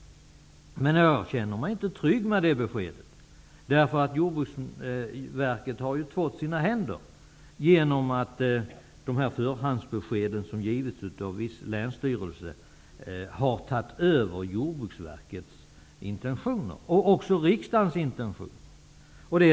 Men jag känner mig inte trygg med det beskedet, därför att Jordbruksverket har ju tvått sina händer genom att de förhandsbesked som har givits av viss länsstyrelse har tagit över Jordbruksverkets intentioner och även riksdagens intentioner.